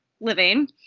living